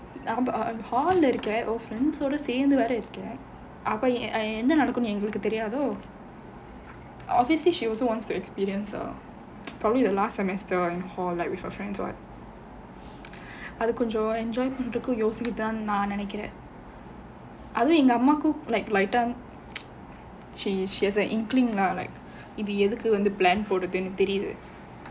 hall leh இருக்கேன்:irukkaen friends ஓட சேர்ந்து வேற இருக்கேன் அப்போ என்ன நடக்கும்னு எங்களுக்கு தெரியாதோ:oda sernthu vera irukkaen appo enna nadakumnu engalukku theriyaatho obviously she also wants to experience ah probably the last semester in hall like with your friends [what] அது கொஞ்சம்:adhu konjam enjoy பண்றதுக்கு யோசிக்குதான்னு நான் நினைக்கிறேன் அது எங்க அம்மாக்கும்:pandrathukku yosikuthaanu naan ninaikkiraen adhu enga ammakkum light ah she she has on இது வந்து எதுக்கு:idhu vanthu edukku plan போடுதுனு தெரியுது:poduthunu theriyuthu